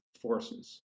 forces